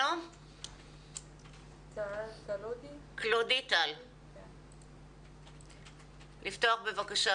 ממכללת לוינסקי.